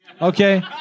Okay